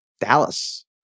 Dallas